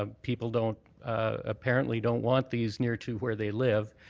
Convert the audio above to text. people don't apparently don't want these near to where they live,